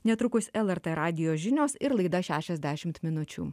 netrukus lrt radijo žinios ir laida šešiasdešimt minučių